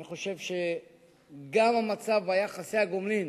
אני חושב שגם המצב ויחסי הגומלין